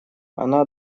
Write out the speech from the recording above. она